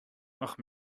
ach